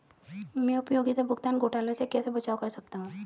मैं उपयोगिता भुगतान घोटालों से कैसे बचाव कर सकता हूँ?